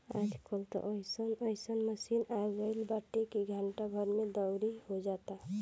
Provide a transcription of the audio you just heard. आज कल त अइसन अइसन मशीन आगईल बाटे की घंटा भर में दवरी हो जाता